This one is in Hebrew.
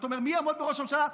זאת אומרת, מי יעמוד בראש הממשלה?